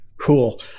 Cool